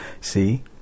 See